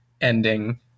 ending